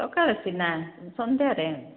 ସକାଳେ ସିନା ସନ୍ଧ୍ୟାରେ